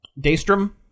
Daystrom